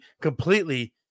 completely